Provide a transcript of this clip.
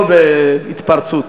לא בהתפרצות.